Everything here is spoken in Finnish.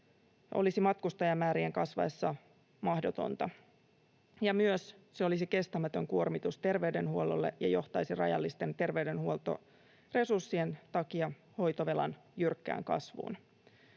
olisi matkustajamäärien kasvaessa mahdotonta, ja myös se olisi kestämätön kuormitus terveydenhuollolle ja johtaisi rajallisten terveydenhuoltoresurssien takia hoitovelan jyrkkään kasvuun.